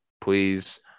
Please